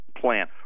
plan